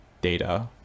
data